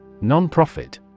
Non-profit